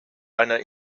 einer